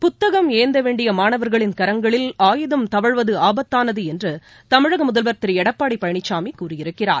புத்தகம் ஏந்த வேண்டிய மாணவர்களின் கரங்களில் ஆயுதம் தவழ்வது ஆபத்தானது என்று தமிழக முதல்வர் திரு எடப்பாடி பழனிசாமி கூறியிருக்கிறார்